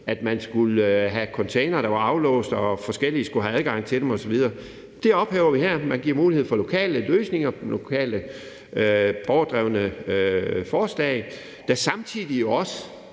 at gøre det på med containere, der var aflåst, og hvor forskellige skulle have adgang til dem osv. Det ophæver vi her. Man giver mulighed for lokale løsninger, lokale borgerdrevne forslag, der samtidig også